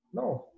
No